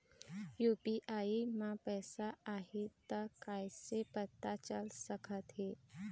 UPI म पैसा आही त कइसे पता चल सकत हे?